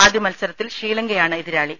ആദ്യ മത്സരത്തിൽ ശ്രീലങ്കയാണ് എതിരാളി